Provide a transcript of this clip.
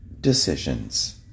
decisions